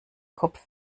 kopf